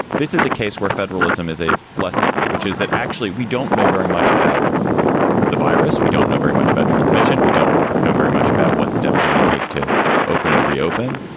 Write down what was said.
this is a case where federalism is a blessing, which is that actually we don't know very much about the virus. we don't know very much about transmission. we don't know very much about what steps are going to take to open and reopen.